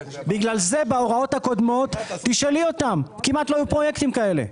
לכן בהוראות הקודמות כמעט לא היו פרויקטים כאלה.